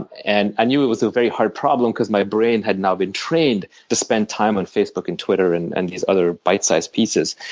and and i knew it was a very hard problem because my brain had now been trained to spend time on facebook and twitter and and these other bite sized pieces.